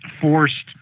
forced